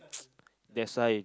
that's why